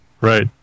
Right